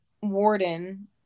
Warden